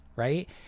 Right